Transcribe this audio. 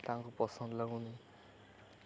ତାଙ୍କୁ ପସନ୍ଦ ଲାଗୁନି